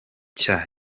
nshya